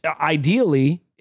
ideally